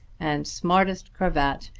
and smartest cravat,